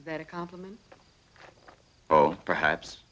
that a compliment oh perhaps